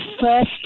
first